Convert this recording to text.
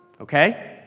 Okay